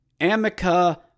Amica